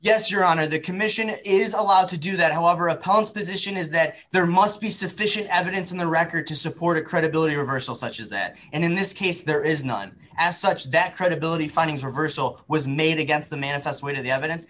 yes your honor the commission is allowed to do that however opponent's position is that there must be sufficient evidence in the record to support a credibility reversal such as that and in this case there is none as such that credibility findings reversal was made against the manifest weight of the evidence